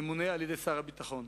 ממונה על-ידי שר הביטחון,